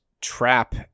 trap